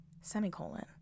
semicolon